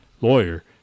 Lawyer